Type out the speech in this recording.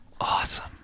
awesome